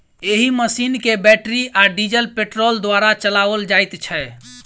एहि मशीन के बैटरी आ डीजल पेट्रोल द्वारा चलाओल जाइत छै